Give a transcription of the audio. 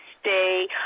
stay